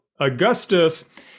Augustus